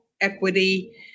equity